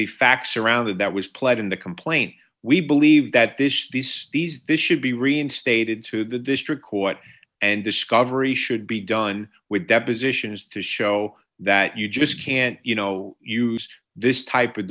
the facts around that that was played in the complaint we believe that this these these this should be reinstated to the district court and discovery should be done with depositions to show that you just can't you know use this type of